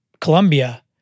Colombia